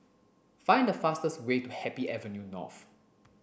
find the fastest way to Happy Avenue North